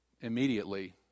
immediately